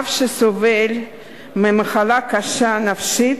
אב שסובל ממחלה קשה, נפשית,